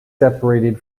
separated